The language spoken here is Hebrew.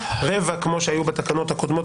רבע כמו שהיו בתקנות הקודמות,